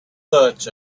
such